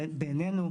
ובעינינו,